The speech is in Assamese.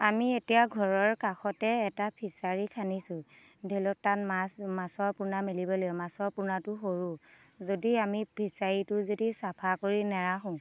আমি এতিয়া ঘৰৰ কাষতে এটা ফিচাৰী খান্দিছো ধৰি লওক তাত মাছ মাছৰ পোনা মেলিব লাগিব মাছৰ পোনাটো সৰু যদি আমি ফিচাৰীটো যদি চাফা কৰি নেৰাখো